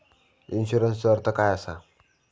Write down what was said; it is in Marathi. इन्शुरन्सचो अर्थ काय असा?